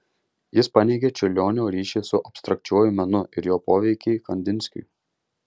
jis paneigė čiurlionio ryšį su abstrakčiuoju menu ir jo poveikį kandinskiui